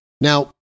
Now